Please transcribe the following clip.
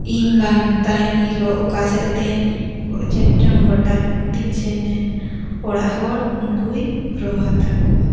ᱤᱧ ᱵᱟᱝ ᱛᱟᱦᱮᱱ ᱦᱤᱞᱳᱜ ᱚᱠᱟ ᱥᱮᱫ ᱛᱮᱦᱮᱧ ᱪᱮᱫ ᱪᱚᱝ ᱜᱷᱚᱴᱟᱣᱮᱱ ᱚᱱᱛᱮᱧ ᱥᱮᱱᱮᱱ ᱚᱲᱟᱜ ᱦᱚᱲ ᱩᱱᱠᱩᱭ ᱦᱚᱨᱦᱚ ᱦᱟᱛᱟᱲ ᱠᱚᱣᱟ